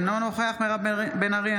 אינו נוכח מירב בן ארי,